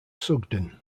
sugden